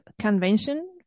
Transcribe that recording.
convention